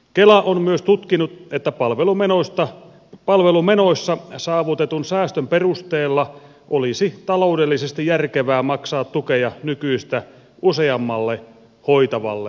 kela on myös tutkinut että palvelumenoissa saavutetun säästön perusteella olisi taloudellisesti järkevää maksaa tukea nykyistä useammalle hoitavalle henkilölle